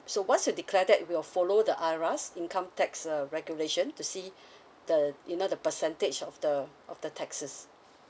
so once you declare that we'll follow the IRAS income tax uh regulation to see the you know the percentage of the of the taxes